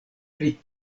pri